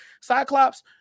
Cyclops